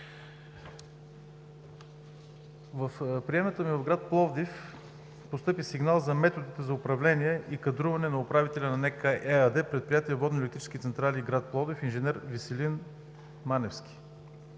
в приемната ми в град Пловдив постъпи сигнал за методите на управление и кадруване на управителя на НЕК ЕАД, Предприятие „Водноелектрически централи“ – град Пловдив, инж. Веселин Маневски.